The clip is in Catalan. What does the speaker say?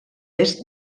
est